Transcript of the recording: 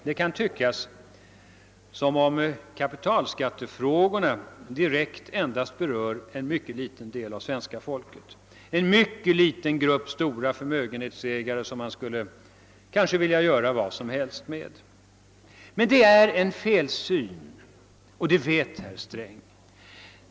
Det kan tyckas att kapitalskattefrågorna direkt berör endast en mycket liten del av svenska folket, en mycket liten grupp stora förmögenhetsägare, som man kanske skulle vilja göra vad som helst med. Men det är en felsyn, och det vet herr Sträng.